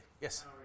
Yes